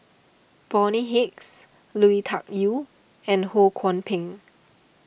Bonny Hicks Lui Tuck Yew and Ho Kwon Ping